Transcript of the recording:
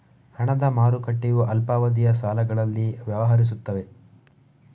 ಹಣದ ಮಾರುಕಟ್ಟೆಯು ಅಲ್ಪಾವಧಿಯ ಸಾಲಗಳಲ್ಲಿ ವ್ಯವಹರಿಸುತ್ತದೆ